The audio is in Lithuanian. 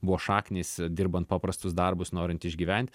buvo šaknys dirbant paprastus darbus norint išgyvent